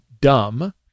dumb